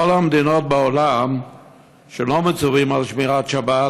בכל המדינות בעולם שלא מצווים על שמירת שבת